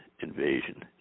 invasion